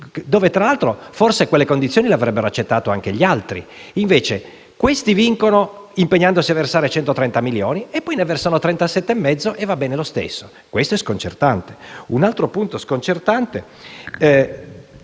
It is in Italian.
perché forse quelle condizioni sarebbero state accettate anche dagli altri. Invece questi vincono impegnandosi a versare 130 milioni e poi ne versano 37,5 e va bene lo stesso. Ciò è sconcertante. Un altro punto sconcertante,